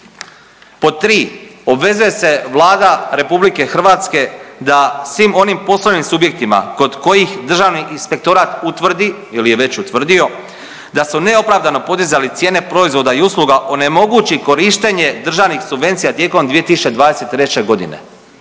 Pod tri, obvezuje se Vlada RH da svim onim poslovnim subjektima kod kojih Državni inspektorat utvrdi ili je već utvrdio da su neopravdano podizali cijene proizvoda i usluga, onemogući korištenje državnih subvencija tijekom 2023.g., jer